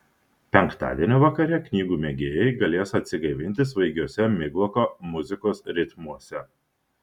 penktadienio vakare knygų mėgėjai galės atsigaivinti svaigiuose migloko muzikos ritmuose